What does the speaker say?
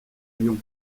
lyon